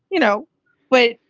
you know what?